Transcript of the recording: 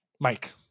Mike